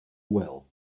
well